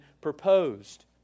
proposed